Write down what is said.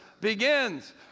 begins